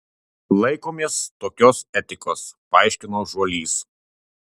laikomės tokios etikos paaiškino žuolys